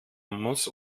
muss